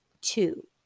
Two